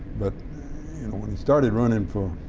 but when he started running for